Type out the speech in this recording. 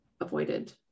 avoided